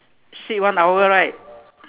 sit one hour right